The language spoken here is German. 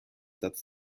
satz